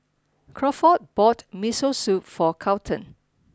Crawford bought Miso Soup for Carlton